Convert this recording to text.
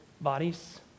bodies